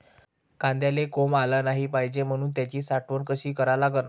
कांद्याले कोंब आलं नाई पायजे म्हनून त्याची साठवन कशी करा लागन?